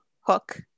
hook